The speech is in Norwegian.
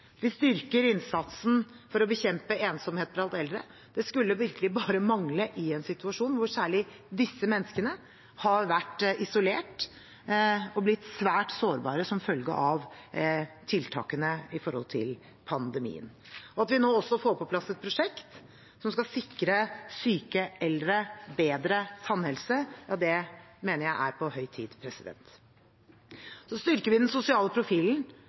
Vi styrker innsatsen for å bekjempe ensomhet blant eldre. Det skulle virkelig bare mangle i en situasjon hvor særlig disse menneskene har vært isolert og blitt svært sårbare som følge av tiltakene under pandemien. At vi nå også får på plass et prosjekt som skal sikre syke eldre bedre tannhelse, mener jeg er på høy tid. Vi styrker den sosiale profilen